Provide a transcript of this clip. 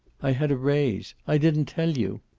i had a raise. i didn't tell you.